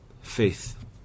Faith